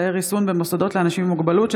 בנושא: אישור אמצעי ריסון במוסדות לאנשים עם מוגבלות.